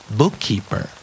bookkeeper